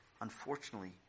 unfortunately